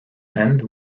end